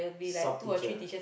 sub teacher